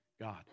God